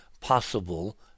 possible